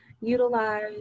utilize